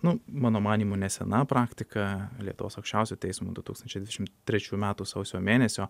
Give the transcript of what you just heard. nu mano manymu nesena praktika lietuvos aukščiausiojo teismo du tūkstančiai dvidešim trečių metų sausio mėnesio